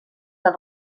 del